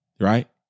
right